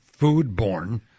foodborne